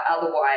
otherwise